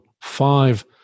five